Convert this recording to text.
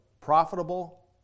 profitable